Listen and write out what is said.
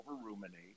over-ruminate